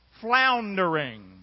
floundering